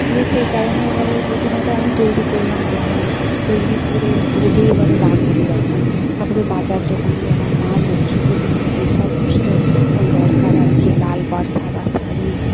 দিয়ে সেই কারণে এবারে প্রতিমাটা আমি তৈরি করলাম প্রথমে তৈরি করে রোদে এবারে দাঁড় করিয়ে রাখলাম তারপরে বাজার দোকান গেলাম মা লক্ষ্মী প্রতিমার যে সমস্ত দরকার আর কি লাল পাড় সাদা শাড়ি